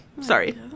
Sorry